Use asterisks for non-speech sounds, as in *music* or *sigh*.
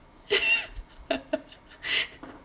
*laughs*